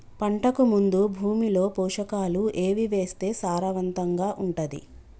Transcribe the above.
పంటకు ముందు భూమిలో పోషకాలు ఏవి వేస్తే సారవంతంగా ఉంటది?